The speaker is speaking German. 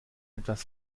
etwas